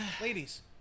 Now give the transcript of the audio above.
ladies